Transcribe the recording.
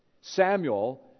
Samuel